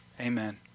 amen